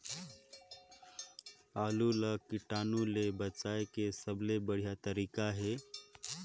आलू ला कीटाणु ले बचाय के सबले बढ़िया तारीक हे?